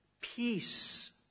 peace